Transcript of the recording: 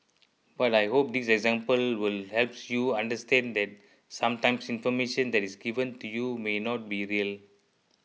but I hope this example will helps you understand that sometimes information that is given to you may not be real